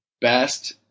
best